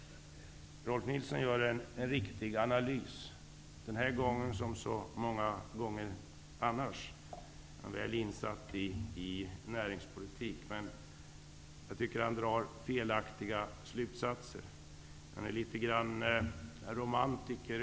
Rolf L Nilson gör en riktig analys, denna gång som så många gånger annars. Han är väl insatt i näringspolitiken. Men jag tycker att han drar felaktiga slutsatser. Han är något av en romantiker.